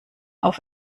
auf